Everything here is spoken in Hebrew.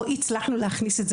לא הצלחנו להכניס את זה